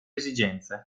esigenze